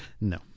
No